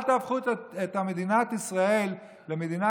אל תהפכו את מדינת ישראל למדינה